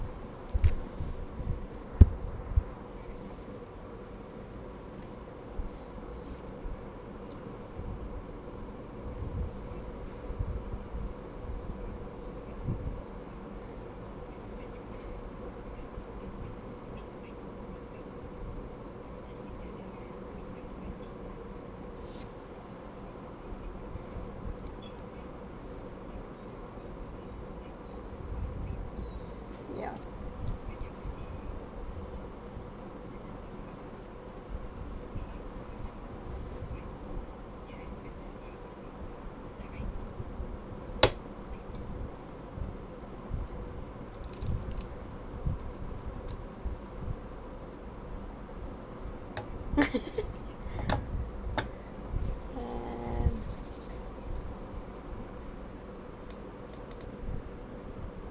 yeah um